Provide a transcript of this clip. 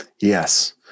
Yes